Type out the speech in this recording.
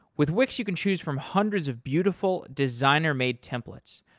with wix, you can choose from hundreds of beautiful designer-made templates.